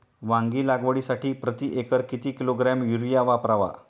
वांगी लागवडीसाठी प्रती एकर किती किलोग्रॅम युरिया वापरावा?